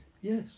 Yes